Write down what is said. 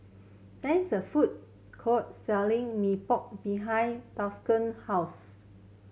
there is a food court selling Mee Pok behind house